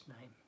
name